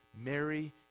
Mary